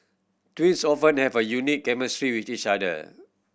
twins often have a unique chemistry with each other